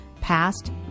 past